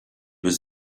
was